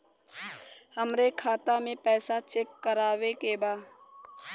हमरे खाता मे पैसा चेक करवावे के बा?